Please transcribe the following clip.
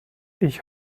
ich